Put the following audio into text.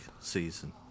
season